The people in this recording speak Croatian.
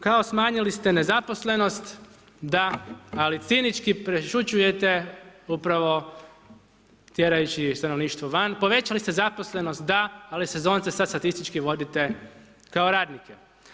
Kao smanjili ste nezaposlenost, da, ali cinički prešućujte, upravo, tjerajući stanovništvo van, povećali ste zaposlenost, da, ali sezonce sada statistički vodite kao radnike.